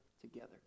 together